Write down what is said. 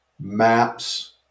maps